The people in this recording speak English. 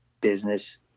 business